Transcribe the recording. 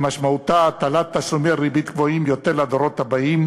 שמשמעותה הטלת תשלומי ריבית גבוהים יותר על הדורות הבאים,